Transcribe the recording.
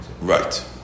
Right